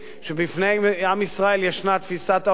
שבפני עם ישראל ישנה תפיסת העולם של